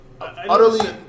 utterly –